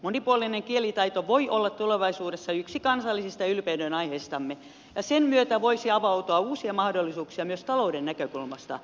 monipuolinen kielitaito voi olla tulevaisuudessa yksi kansallisista ylpeydenaiheistamme ja sen myötä voisi avautua uusia mahdollisuuksia myös talouden näkökulmasta